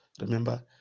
Remember